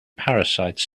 parasites